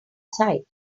sight